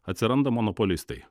atsiranda monopolistai